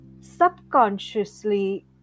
subconsciously